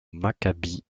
maccabi